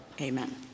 Amen